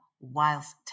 whilst